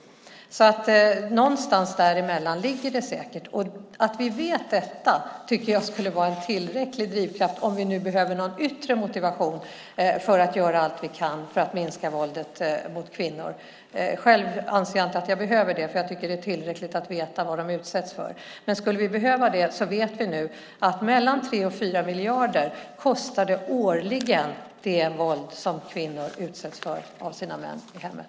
Någonstans däremellan ligger det säkert. Att vi vet detta tycker jag skulle vara en tillräcklig drivkraft om vi nu behöver någon yttre motivation för att göra allt vi kan för att minska våldet mot kvinnor. Själv anser jag inte att jag behöver det, för jag tycker att det är tillräckligt att veta vad de utsätts för. Men skulle vi behöva det vet vi nu att mellan 3 och 4 miljarder årligen kostar det våld som kvinnor utsätts för av sina män i hemmet.